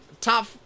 Top